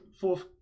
fourth